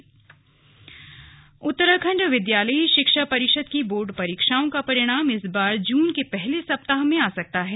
board meeting Uttarakhand विद्यालयी शिक्षा परिषद की बोर्ड परीक्षाओं का परिणाम इस बार जून के पहले सप्ताह में आ सकता है